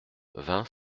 vingt